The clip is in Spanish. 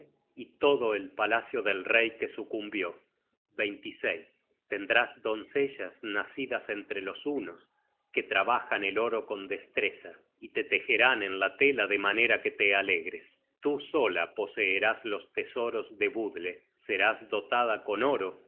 y todo el palacio del rey que sucumbió tendrás doncellas nacidas entre los hunos que trabajan el oro con destreza y le tejerán en la tela de manera que te alegres tú sola poseerás los tesoros de budle serás dotada con oro